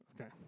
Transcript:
Okay